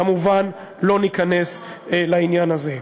כמובן, לא ניכנס לעניין הזה.